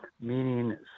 meaning